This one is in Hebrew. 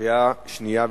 קריאה שנייה ושלישית.